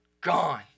gone